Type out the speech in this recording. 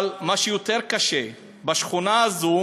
אבל מה שיותר קשה, בשכונה הזו